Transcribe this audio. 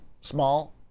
Small